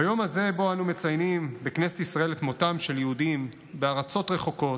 ביום הזה שבו אנו מציינים בכנסת ישראל את מותם של יהודים בארצות רחוקות,